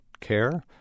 care